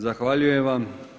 Zahvaljujem vam.